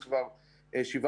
אנחנו בסך הכול אנשים שרוצים